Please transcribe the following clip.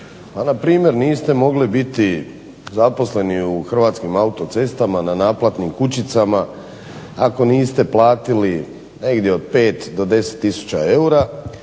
a npr. niste mogli biti u Hrvatskim autocestama na naplatnim kućicama ako niste platili negdje od 5 do 10 tisuća eura